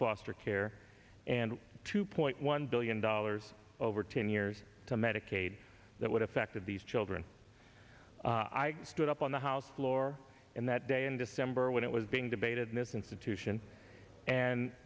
foster care and two point one billion dollars over ten years to medicaid that would affect of these children i stood up on the house floor and that day in december when it was being debated in this institution and